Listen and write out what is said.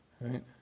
right